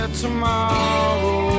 tomorrow